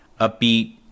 upbeat